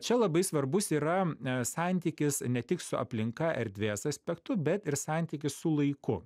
čia labai svarbus yra e santykis ne tik su aplinka erdvės aspektu bet ir santykis su laiku